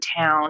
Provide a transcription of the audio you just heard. town